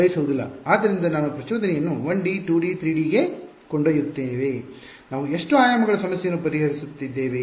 ಆದ್ದರಿಂದ ನಾವು ಪ್ರಚೋದನೆಯನ್ನು 1ಡಿ 2ಡಿ 3ಡಿ ಗೆ ಕೊಂಡೊಯ್ಯುತ್ತೇವೆ ನಾವು ಎಷ್ಟು ಆಯಾಮಗಳ ಸಮಸ್ಯೆಯನ್ನು ಪರಿಹರಿಸುತ್ತಿದ್ದೇವೆ